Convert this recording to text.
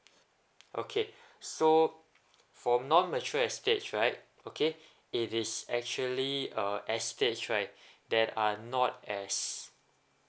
okay so for non mature estates right okay it is actually uh estates right that are not as